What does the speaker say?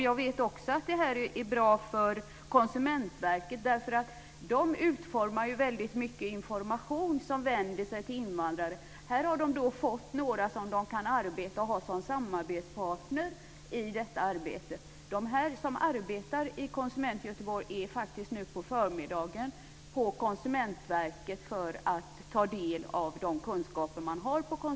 Jag vet också att det här är bra för Konsumentverket, som ju utformar väldigt mycket information som vänder sig till invandrare. Här har verket fått några som man kan ha som samarbetspartner i detta arbete. De som arbetar i Konsument Göteborg är faktiskt nu på förmiddagen hos Konsumentverket för att ta del av de kunskaper man har där.